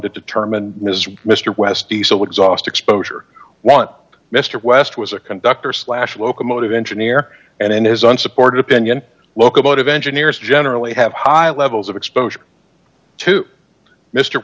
determine mr west diesel exhaust exposure want mister west was a conductor slash locomotive engineer and in his unsupported opinion locomotive engineers generally have high levels of exposure to m